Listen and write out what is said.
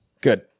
Good